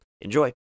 Enjoy